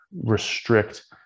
restrict